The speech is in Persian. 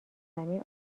زمین